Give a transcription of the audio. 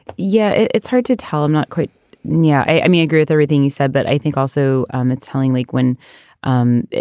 yeah, it's hard to tell him not quite new. yeah i mean, i agree with everything he said, but i think also um it's telling lequan um